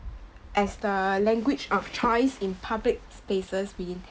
as the language of choice in public spaces within